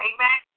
Amen